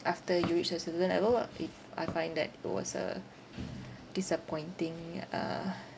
after you reach a certain level uh it I find that it was uh disappointing uh